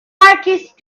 artist